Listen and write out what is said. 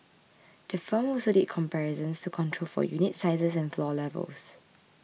the firm also did comparisons to control for unit sizes and floor levels